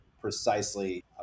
precisely